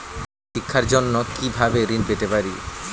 শিক্ষার জন্য কি ভাবে ঋণ পেতে পারি?